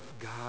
God